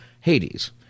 Hades